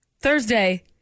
Thursday